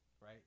right